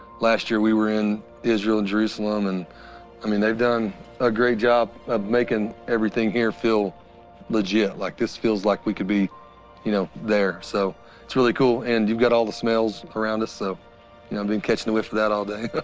last year we were in israel, and jerusalem, and i mean, they've done a great job of making everything here feel legit. like, this feels like we could be you know there, so it's really cool. and you've got all the smells around us, so you know i've been catching a whiff of that all day.